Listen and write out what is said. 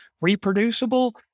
reproducible